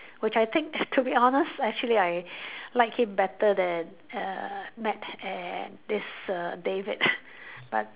which I think to be honest actually I like it better than err Matt and this err David ah but